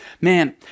man